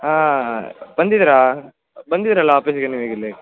ಹಾಂ ಬಂದಿದರಾ ಬಂದಿದೀರಲ್ಲ ಆಫೀಸ್ಗೆ ನೀವು ಈಗ ಇಲ್ಲಿ